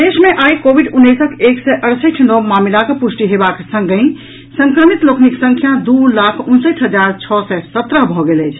प्रदेश मे आई कोविड उन्नैसक एक सय अड़सठि नव मामिलाक पुष्टि हेबाक संगहि संक्रमित लोकनिक संख्या दू लाख उनसठि हजार छओ सय सत्रह भऽ गेल अछि